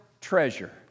treasure